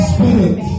Spirit